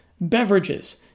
beverages